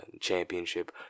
championship